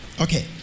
Okay